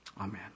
Amen